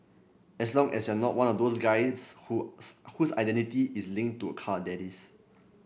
as long as you're not one of those guys whose whose identity is linked to a car that is